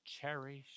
cherish